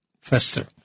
fester